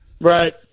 Right